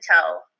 tell